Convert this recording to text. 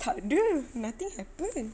takde nothing happened